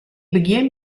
begjin